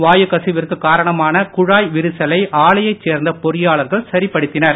வாயுக் கசிவிற்குக் காரணமான குழாய் விறிசலை ஆலையைச் சேர்ந்த பொறியாளர்கள் சரிப்படுத்தினர்